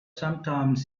sometimes